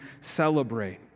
celebrate